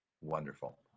Wonderful